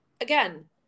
again